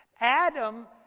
Adam